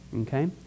Okay